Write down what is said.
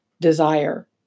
desire